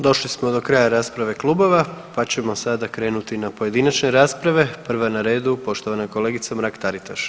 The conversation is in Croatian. Došli smo do kraja rasprave klubova pa ćemo sada krenuti na pojedinačne rasprave, prva je na redu poštovana kolegica Mrak Taritaš.